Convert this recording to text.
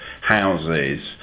houses